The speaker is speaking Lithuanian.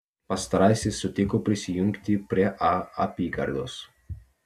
pastarasis sutiko prisijungti prie a apygardos